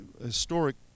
historic